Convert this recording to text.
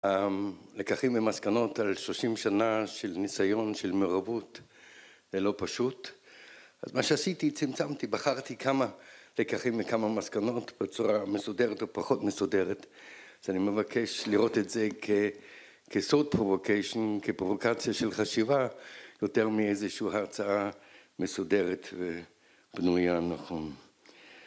‫הלקחים ומסקנות על 30 שנה ‫של ניסיון של מעורבות זה לא פשוט. ‫אז מה שעשיתי, צמצמתי, ‫בחרתי כמה לקחים וכמה מסקנות ‫בצורה מסודרת או פחות מסודרת. ‫אז אני מבקש לראות את זה ‫כסוג פרובוקציה, ‫כפרובוקציה של חשיבה, ‫יותר מאיזושהי הרצאה מסודרת ‫ובנויה נכון.